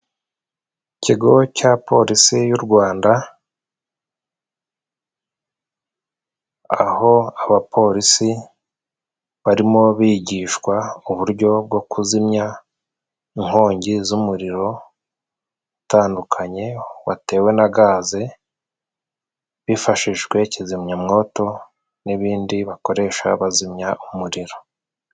Ikigo cya polisi y'u Rwanda, aho abapolisi barimo bigishwa uburyo bwo kuzimya inkongi z'umuriro utandukanye, watewe na gaze, bifashishije kizimyamwoto n'ibindi bakoresha bazimya umuriro.